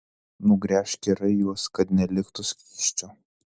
nugręžk gerai juos kad neliktų skysčio